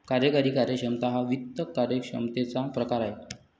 कार्यकारी कार्यक्षमता हा वित्त कार्यक्षमतेचा प्रकार आहे